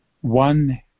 one